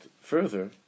further